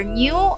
new